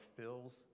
fills